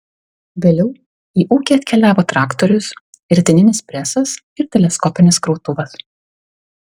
vėliau į ūkį atkeliavo traktorius ritininis presas ir teleskopinis krautuvas